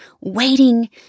waiting